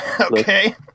Okay